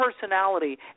personality